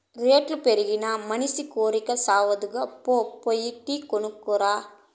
రేట్లు పెరిగినా మనసి కోరికి సావదుగా, పో పోయి టీ కొనుక్కు రా